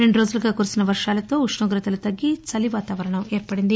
రెండురోజులుగా కురిసిన వర్షాలతో ఉష్ణోగతలు బాగా తగ్గి చలి వాతావరణం ఏర్పడింది